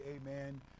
amen